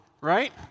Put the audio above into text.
right